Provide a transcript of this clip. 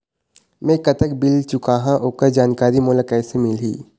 मैं कतक बिल चुकाहां ओकर जानकारी मोला कइसे मिलही?